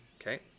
okay